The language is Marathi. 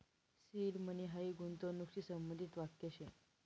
सीड मनी हायी गूंतवणूकशी संबंधित वाक्य शे